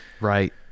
right